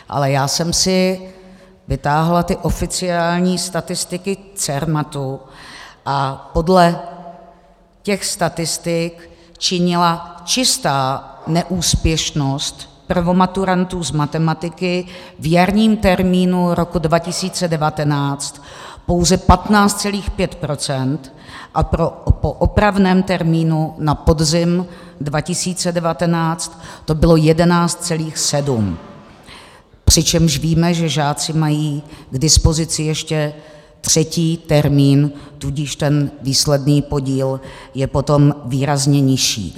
Ale já jsem si vytáhla ty oficiální statistiky Cermatu a podle těch statistik činila čistá neúspěšnost prvomaturantů z matematiky v jarním termínu roku 2019 pouze 15,5 % a po opravném termínu na podzim 2019 to bylo 11,7 %, přičemž víme, že žáci mají k dispozici ještě třetí termín, tudíž ten výsledný podíl je potom výrazně nižší.